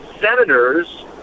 Senators